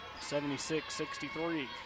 76-63